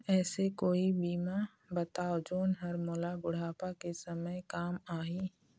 ऐसे कोई बीमा बताव जोन हर मोला बुढ़ापा के समय काम आही?